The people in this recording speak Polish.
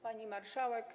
Pani Marszałek!